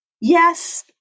Yes